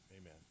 Amen